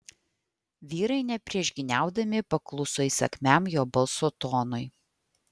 vyrai nepriešgyniaudami pakluso įsakmiam jo balso tonui